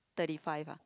thirty five ah